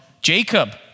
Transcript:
Jacob